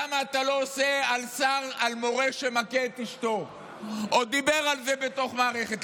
למה אתה לא עושה על מורה שמכה את אשתו או דיבר על זה בתוך מערכת?